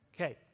Okay